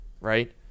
right